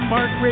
Mark